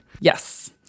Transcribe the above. Yes